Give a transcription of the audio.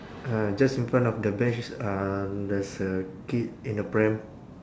uh just in front of the bench is um there's a kid in a pram